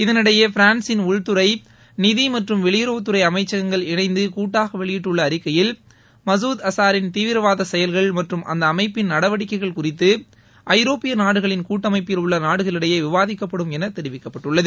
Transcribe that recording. இதனிடையே பிரான்சின் உள்துறை நிதி மற்றும் வெளியுறவுத்துறை அமைச்சகங்கள் இணைந்து கூட்டாக வெளியிட்டுள்ள அறிக்கையில் மசூத் அசாரின் தீவிரவாத செயல்கள் மற்றம் அவனது அமைப்பின் நடவடிக்கைகள் குறித்து ஐரோப்பிய நாடுகளின் கூட்டமைப்பில் உள்ள நாடுகளிடையே விவாதிக்கப்படும் என தெரிவிக்கப்பட்டுள்ளது